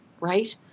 Right